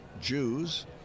Jews